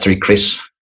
Chris